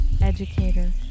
educator